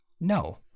No